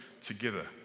together